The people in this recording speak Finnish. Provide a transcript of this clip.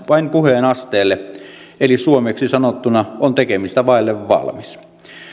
vain puheen asteelle eli suomeksi sanottuna on tekemistä vaille valmis